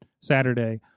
Saturday